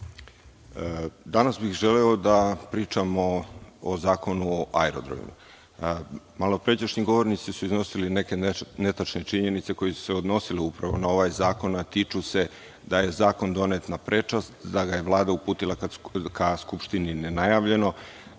Danas bih želeo da pričam o zakonu o aerodromima. Malopređašnji govornici su iznosili neke netačne činjenice koje su se odnosile upravo na ovaj zakon, a tiču se da je zakon donet na prečac, da ga je Vlada uputila ka Skupštini nenajavljeno,